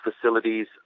facilities